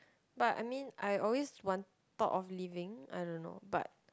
but I mean I always want thought of leaving I don't know but